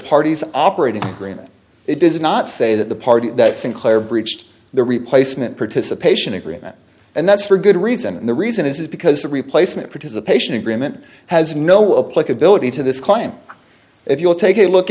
party's operating agreement it does not say that the party that sinclair breached the replacement participation agreement and that's for good reason and the reason is because the replacement participation agreement has no up like ability to this client if you'll take a look